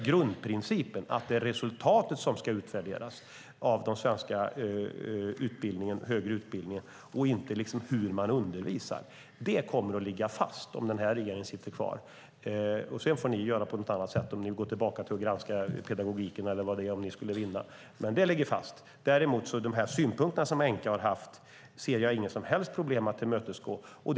Grundprincipen - att det är resultatet som ska utvärderas av den svenska högre utbildningen och inte hur man undervisar - kommer att ligga fast om den här regeringen sitter kvar. Sedan får ni göra på något annat sätt, om ni vill gå tillbaka till att granska pedagogiken eller vad det är, om ni skulle vinna. Men för oss ligger grundprincipen fast. Däremot ser jag inga som helst problem med att tillmötesgå de synpunkter som Enqa har haft.